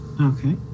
Okay